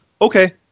okay